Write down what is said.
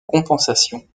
compensation